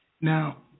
Now